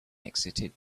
exited